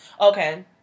Okay